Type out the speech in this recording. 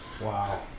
Wow